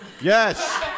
Yes